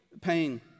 pain